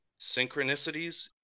Synchronicities